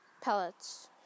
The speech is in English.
pellets